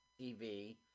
TV